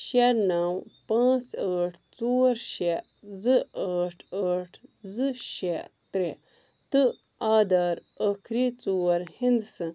شےٚ نَو پانٛژھ ٲٹھ ژور شےٚ زٕ ٲٹھ ٲٹھ زٕ شےٚ ترٛےٚ تہٕ آدھار ٲخٕری ژور ہنٛدسہٕ